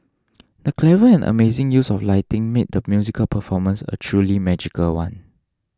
the clever and amazing use of lighting made the musical performance a truly magical one